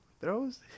throws